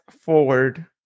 forward